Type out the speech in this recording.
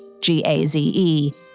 G-A-Z-E